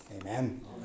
Amen